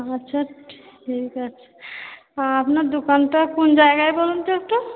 আচ্ছা ঠিক আছে আপনার দোকানটা কোন জায়গায় বলুন তো একটু